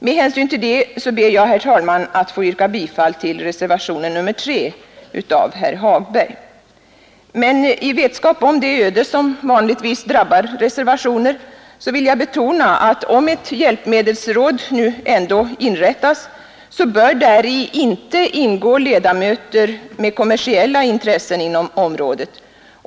Med hänsyn härtill ber jag, herr talman, att få yrka bifall till reservationen nr 3 av herr Hagberg, men med vetskap om det öde som vanligtvis drabbar reservationer vill jag betona att om ett hjälpmedsråd nu ändå inrättas bör däri inte ingå ledamöter med kommersiella intressen inom området.